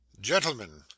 Gentlemen